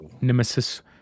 Nemesis